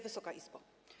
Wysoka Izbo!